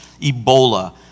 Ebola